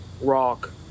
rock